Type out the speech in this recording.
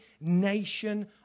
nation